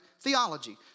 theology